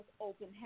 open